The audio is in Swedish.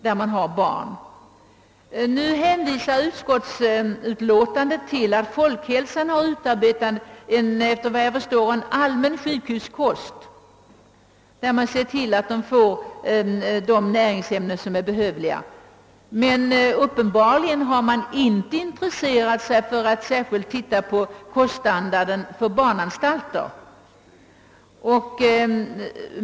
Utskottets utlåtande hänvisar till att statens institut för folkhälsan utarbetat en — efter vad jag förstår — allmän sjukhuskost, som tillgodoser behovet av alla erforderliga näringsämnen. Men uppenbarligen har man inte intresserat sig för att särskilt studera koststandarden på barnanstalterna.